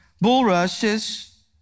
bulrushes